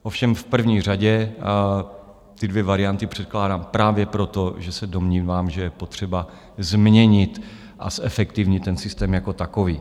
Ovšem v první řadě ty dvě varianty předkládám právě proto, že se domnívám, že je potřeba změnit a zefektivnit ten systém jako takový.